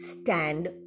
stand